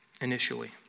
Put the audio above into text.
initially